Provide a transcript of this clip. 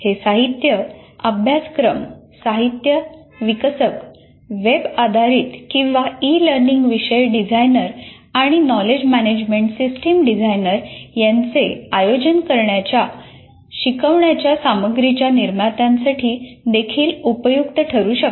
हे साहित्य अभ्यासक्रम साहित्य विकसक वेब आधारित किंवा ई लर्निंग विषय डिझाइनर आणि नॉलेज मॅनेजमेंट सिस्टम डिझाइनर यांचे आयोजन करण्याच्या शिकवण्याच्या सामग्रीच्या निर्मात्यांसाठी देखील उपयुक्त ठरू शकते